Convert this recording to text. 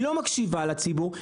היא לא מקשיבה לציבור,